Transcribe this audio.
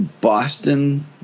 Boston